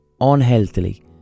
unhealthily